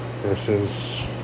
versus